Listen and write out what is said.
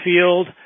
field